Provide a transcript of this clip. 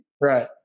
Right